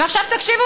ועכשיו תקשיבו,